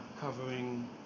covering